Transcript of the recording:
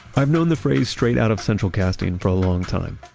i've known the phrase straight out of central casting for a long time,